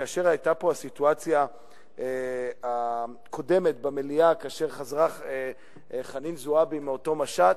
כאשר היתה פה הסיטואציה הקודמת במליאה כאשר חזרה חנין זועבי מאותו משט,